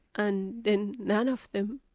and then none of them